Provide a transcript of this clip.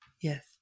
Yes